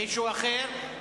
מישהו אחר?